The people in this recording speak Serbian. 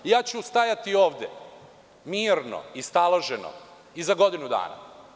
Stajaću ovde mirno i staloženo i za godinu dana.